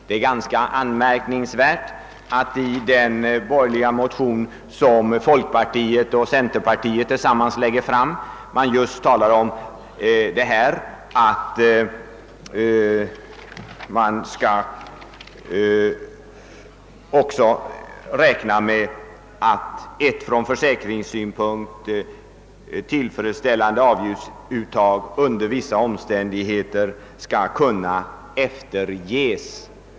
Det är ganska anmärkningsvärt att det i den motion som folkpartiet och centerpartiet gemensamt lagt fram har föreslagits att vi skall räkna med att från försäkringssynpunkt tillfredsställande avgiftsuttag under vissa omständigheter skall kunna efterges.